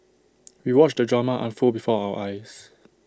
we watched the drama unfold before our eyes